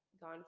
gone